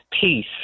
peace